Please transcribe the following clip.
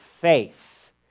faith